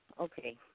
Okay